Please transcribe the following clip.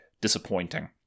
disappointing